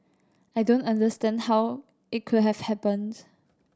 I don't understand how it could have happened